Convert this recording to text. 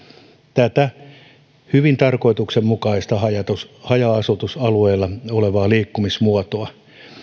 tätä hyvin tarkoituksenmukaista haja haja asutusalueilla olevaa liikkumismuotoa